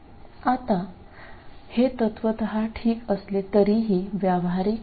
आता हे तत्वतः ठीक असले तरी व्यावहारिक नाही